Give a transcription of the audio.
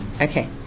okay